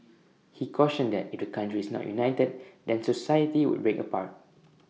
he cautioned that if the country is not united then society would break apart